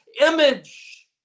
image